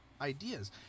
ideas